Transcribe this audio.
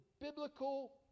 biblical